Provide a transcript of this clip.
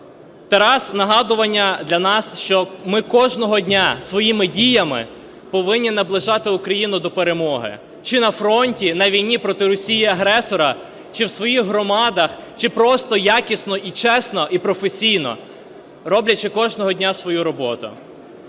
Тарас – нагадування для нас, що ми кожного дня своїми діями повинні наближати Україну до перемоги: чи на фронті – на війні проти Росії-агресора, чи в своїх громадах, чи просто якісно і чесно, і професійно, роблячи кожного дня свою роботу.